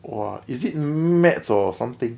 !wah! is it maths or something